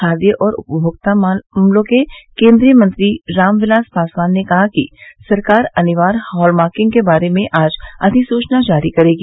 खाद्य और उपभोक्ता मामलों के केन्द्रीय मंत्री राम विलास पासवान ने कहा कि सरकार अनिवार्य हॉलमार्किंग के बारे में आज अधिसूचना जारी करेगी